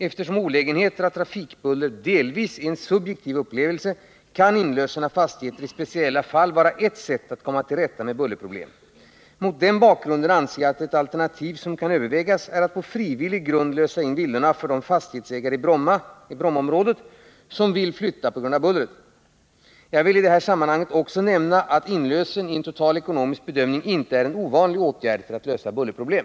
Eftersom olägenheter av trafikbuller delvis är en subjektiv upplevelse kan inlösen av fastigheter i speciella fall vara ett sätt att komma till rätta med bullerproblem. Mot den bakgrunden anser jag att ett alternativ som kan övervägas är att på frivillig grund lösa in villorna för de fastighetsägare i Brommaområdet som vill flytta på grund av bullret. Jag vill i det här sammanhanget också nämna att inlösen i en total ekonomisk bedömning inte är en ovanlig åtgärd för att lösa bullerproblem.